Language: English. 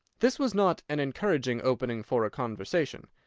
this was not an encouraging opening for a conversation.